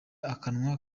akanwa